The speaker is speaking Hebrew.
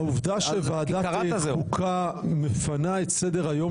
העובדה שוועדת החוקה מפנה את סדר-היום